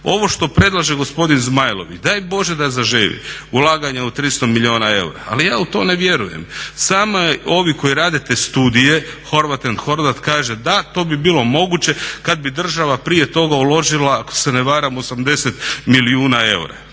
Ovo što predlaže gospodin Zmajlović, daj Bože da zaživi. Ulaganje od 300 milijuna eura. Ali ja u to ne vjerujem. Samo ovi koji rade te studije Horvath and Horvath kaže da to bi bilo moguće kada bi država prije toga uložila ako se ne varam 80 milijuna eura.